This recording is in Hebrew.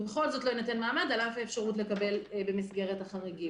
בכל זאת לא יינתן מעמד על אף האפשרות לקבל במסגרת החריגים.